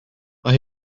mae